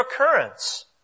occurrence